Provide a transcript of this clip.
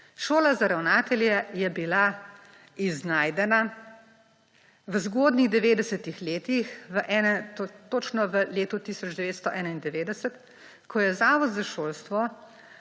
Šola za ravnatelje je bila iznajdena v zgodnjih 90. letih, točno v letu 1991, ko je Zavod za šolstvo